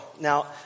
Now